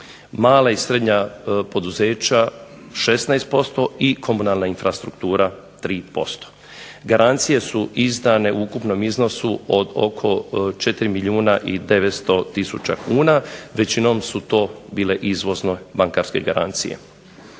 mala i srednja poduzeća 16% i komunalna infrastruktura 3%. Garancije su izdane u ukupnom iznosu od oko 4 milijuna i 900 tisuća kuna. Većinom su to bile izvozno bankarske garancije.